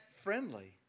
friendly